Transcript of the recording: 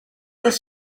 this